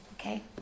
Okay